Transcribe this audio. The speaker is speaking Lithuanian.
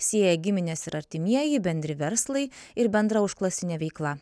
sieja giminės ir artimieji bendri verslai ir bendra užklasinė veikla